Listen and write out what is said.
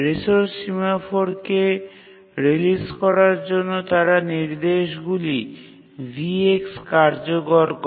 resource সিমফোরকে release করার জন্য তারা নির্দেশগুলি V কার্যকর করে